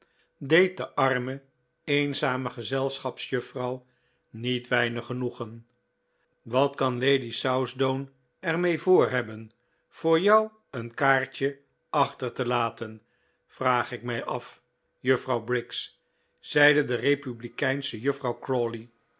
deed de arme eenzame gezelschapsjuffrouw niet weinig genoegen wat kan lady southdown er mee voor hebben voor jou een kaartje achter te laten vraag ik mij af juffrouw briggs zeide de republikeinsche juffrouw